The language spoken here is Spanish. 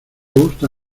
gusta